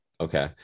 Okay